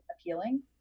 appealing